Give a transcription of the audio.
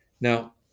now